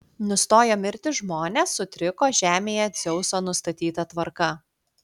nustojo mirti žmonės sutriko žemėje dzeuso nustatyta tvarka